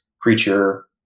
preacher